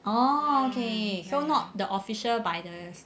oh okay so not the official by the